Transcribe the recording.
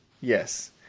Yes